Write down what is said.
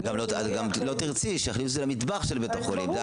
את גם לא תרצי שיכניסו את זה למטבח של בית החולים.